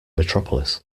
metropolis